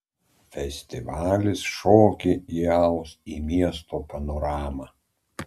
festivalis šokį įaus į miesto panoramą